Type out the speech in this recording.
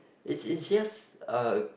it's it's just a